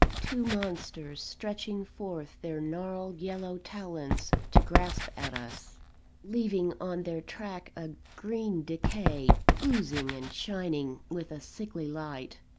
two monsters stretching forth their gnarled yellow talons to grasp at us leaving on their track a green decay, oozing and shining with a sickly light.